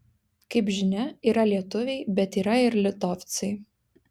kaip žinia yra lietuviai bet yra ir litovcai